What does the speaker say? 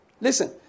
Listen